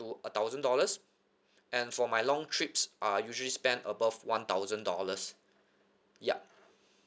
to a thousand dollars and for my long trips I usually spend above one thousand dollars ya